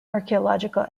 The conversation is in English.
archaeological